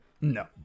no